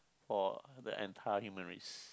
for the entire human race